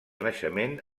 naixement